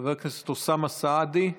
חבר הכנסת אוסאמה סעדי,